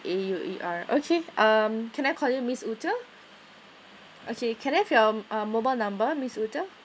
A U E R okay um can I call you miss ute okay can I have your mobile number miss ute